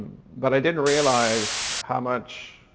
but i didn't realize how much,